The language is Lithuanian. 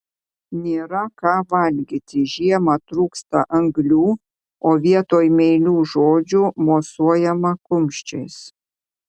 nėra ką valgyti žiemą trūksta anglių o vietoj meilių žodžių mosuojama kumščiais